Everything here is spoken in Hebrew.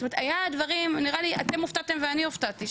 זאת אומרת היו דברים שאתם הופתעתם ואני הפתעתי,